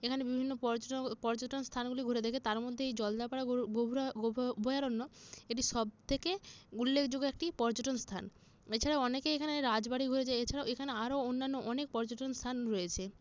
এখানে বিভিন্ন পর্যটন পর্যটন স্থানগুলি ঘুরে দেখে তার মধ্যে এই জলদাপাড়া অভয়ারণ্য এটি সব থেকে উল্লেখযোগ্য একটি পর্যটন স্থান এছাড়াও অনেকে এইখানে রাজবাড়ি ঘুরে যায় এছাড়াও এখানে আরো অন্যান্য অনেক পর্যটন স্থান রয়েছে